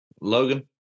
Logan